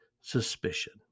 suspicion